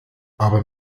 aber